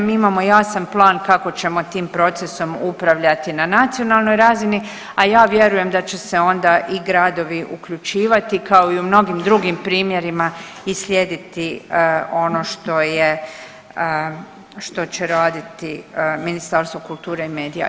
Mi imamo jasan plan kako ćemo tim procesom upravljati na nacionalnoj razini, a ja vjerujem da će se onda i gradovi uključivati kao i u mnogim drugim primjerima i slijediti ono što će raditi Ministarstvo kulture i medija.